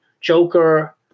Joker